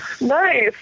Nice